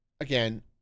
Again